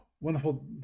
wonderful